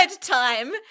time